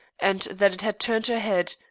and that it had turned her head.